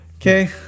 Okay